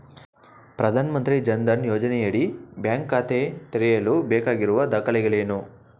ಪ್ರಧಾನಮಂತ್ರಿ ಜನ್ ಧನ್ ಯೋಜನೆಯಡಿ ಬ್ಯಾಂಕ್ ಖಾತೆ ತೆರೆಯಲು ಬೇಕಾಗಿರುವ ದಾಖಲೆಗಳೇನು?